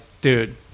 dude